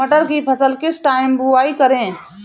मटर की फसल का किस टाइम बुवाई करें?